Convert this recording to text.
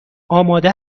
آماده